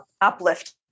uplift